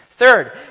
Third